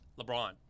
LeBron